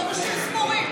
חודשים ספורים.